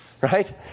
Right